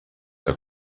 que